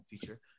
feature